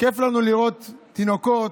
כיף לנו לראות תינוקות,